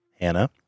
Hannah